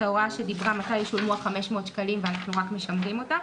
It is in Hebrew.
ההוראה שדיברה מתי ישולמו ה-500 שקלים ואנחנו רק משמרים אותה.